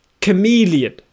Chameleon